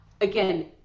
Again